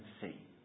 see